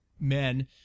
men